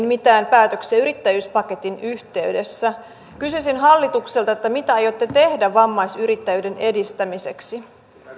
mitään päätöksiä yrittäjyyspaketin yhteydessä kysyisin hallitukselta mitä aiotte tehdä vammaisyrittäjyyden edistämiseksi